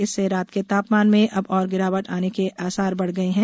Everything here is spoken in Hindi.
इससे रात के तापमान में अब और गिरावट होने के आसार बढ़ गए हैं